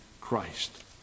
Christ